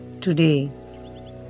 today